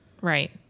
Right